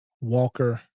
Walker